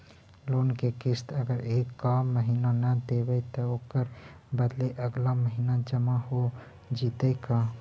Loan के किस्त अगर एका महिना न देबै त ओकर बदले अगला महिना जमा हो जितै का?